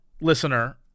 listener